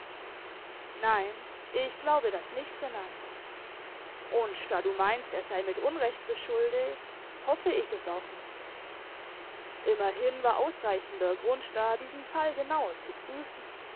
nein ich glaube das nicht renata und da du meinst er sei mit unrecht beschuldigt hoffe ich es auch nicht immerhin war ausreichender grund da diesen fall genauer zu prüfen